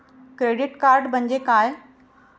Credit card म्हणजे काय?